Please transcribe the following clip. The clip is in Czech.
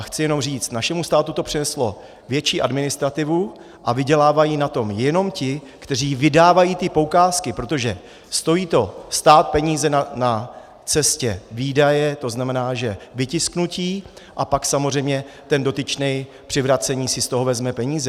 Chci jenom říct, našemu státu to přineslo větší administrativu a vydělávají na tom jenom ti, kteří vydávají ty poukázky, protože to stojí stát peníze na cestě výdaje, to znamená, že vytisknutí, a pak samozřejmě ten dotyčný při vracení si z toho vezme peníze.